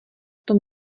tom